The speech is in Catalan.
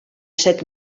set